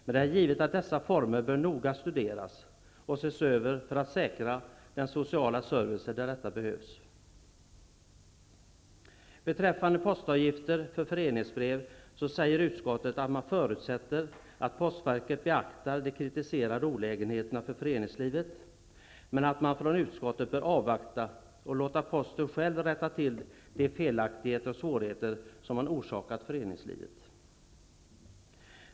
Men det är givet att dessa former noga bör studeras och ses över för att man skall kunna säkra den sociala servicen där det behövs. Beträffande postavgifter för föreningsbrev säger utskottet att man förutsätter att postverket beaktar de kritiserade olägenheterna för föreningslivet, men att man från utskottet bör avvakta och låta posten själv rätta till de felaktigheter och svårigheter som man orsakat föreningslivet.